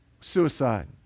Suicide